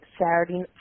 Saturday